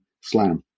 slam